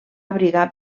abrigar